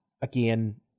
again